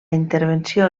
intervenció